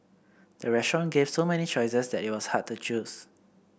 the restaurant gave so many choices that it was hard to choose